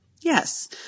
Yes